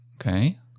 Okay